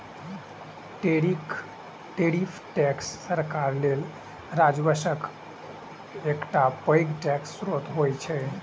tariff tax सरकार लेल राजस्वक एकटा पैघ स्रोत होइ छै